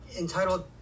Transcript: entitled